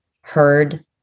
heard